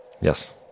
Yes